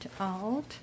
out